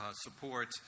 support